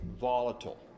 volatile